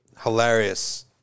Hilarious